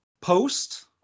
post